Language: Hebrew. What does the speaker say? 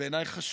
שבעיניי חשוב: